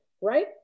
right